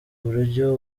buryo